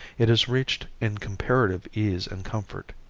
it is reached in comparative ease and comfort.